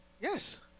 Yes